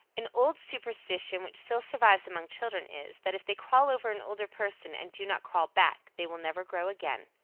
an old superstition which still survives among children is, that if they crawl over an older person and do not crawl back they will never grow again.